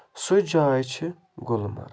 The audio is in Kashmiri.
سُہ جاے چھِ گُلمَرگ